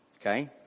Okay